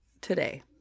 today